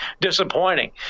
disappointing